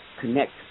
connect